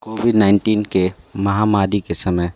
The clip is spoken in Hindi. कोविड नाइनटिन के महामारी के समय